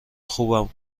خوبم